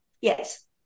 Yes